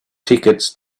tickets